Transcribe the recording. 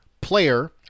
player